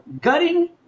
gutting